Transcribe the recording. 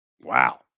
wow